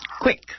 quick